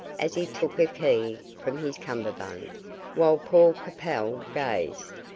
as he took a key from his cummerbund while paul capel gazed,